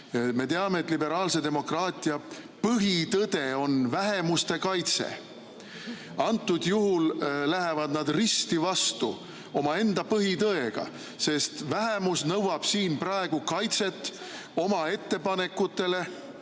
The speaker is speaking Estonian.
Me teame, et liberaalse demokraatia põhitõde on vähemuste kaitse. Praegusel juhul lähevad nad risti vastu omaenda põhitõega, sest vähemus nõuab siin kaitset oma ettepanekule